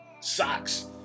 socks